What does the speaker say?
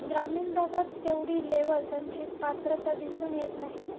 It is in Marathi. ग्रामीण भागात तेवढी लेवल त्यांची पात्रता दिसून येत नाही